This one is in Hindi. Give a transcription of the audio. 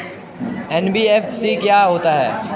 एन.बी.एफ.सी क्या होता है?